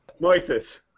Moises